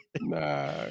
Nah